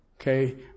okay